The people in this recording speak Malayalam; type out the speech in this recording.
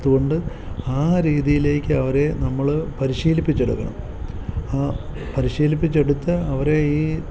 അതുകൊണ്ട് ആ രീതിയിലേക്കവരെ നമ്മൾ പരിശീലിപ്പിച്ചെടുക്കണം ആ പരിശീലിപ്പിച്ചെടുത്ത് അവരെ ഈ